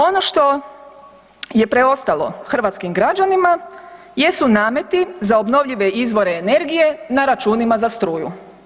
Ono što je preostalo hrvatskim građanima jesu nameti za obnovljive izvore energije na računima za struju.